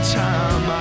time